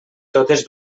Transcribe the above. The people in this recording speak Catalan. totes